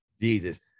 Jesus